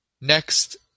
next